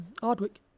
Hardwick